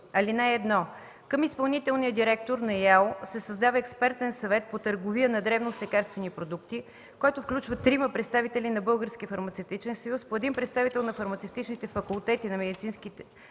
17б. (1) Към изпълнителния директор на ИАЛ се създава Експертен съвет по търговия на дребно с лекарствени продукти, който включва трима представители на Българския фармацевтичен съюз, по един представител на фармацевтичните факултети на медицинските